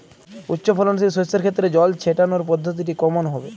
উচ্চফলনশীল শস্যের ক্ষেত্রে জল ছেটানোর পদ্ধতিটি কমন হবে?